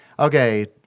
Okay